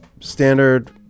standard